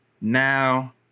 now